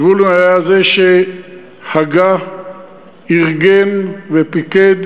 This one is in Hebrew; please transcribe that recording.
זבולון היה זה שהגה, ארגן ופיקד